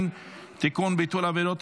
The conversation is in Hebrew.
עד להוראה